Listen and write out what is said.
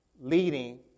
Leading